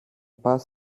πας